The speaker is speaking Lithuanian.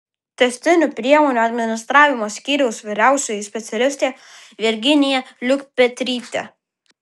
tęstinių priemonių administravimo skyriaus vyriausioji specialistė virginija liukpetrytė